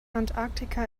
antarktika